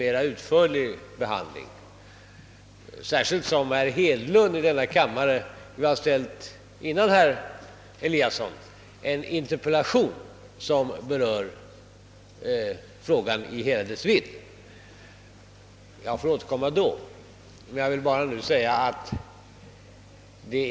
Men herr Hedlund har här i kammaren — innan herr Eliasson i Moholm framställde sin fråga — väckt en interpellation som berör problemet 1 hela dess vidd, och jag får alltså tillfälle återkomma till saken i samband med besvarandet av denna interpellation.